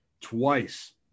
Twice